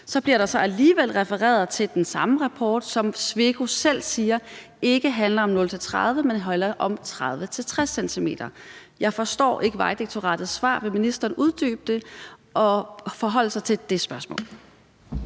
Så bliver der så alligevel refereret til den samme rapport, som Sweco selv siger ikke handler om0-30 cm, men 30-60 cm. Jeg forstår ikke Vejdirektoratets svar. Vil ministeren uddybe det og forholde sig til det spørgsmål?